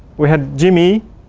we have jimmy.